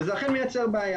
וזה אכן מייצר בעיה